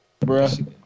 Bruh